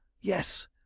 Yes